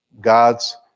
God's